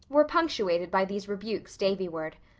were punctuated by these rebukes davy-ward.